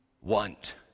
want